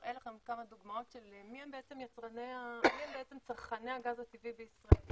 נראה לכם כמה דוגמאות לצרכני הגז הטבעי בישראל.